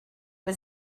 was